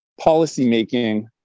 policymaking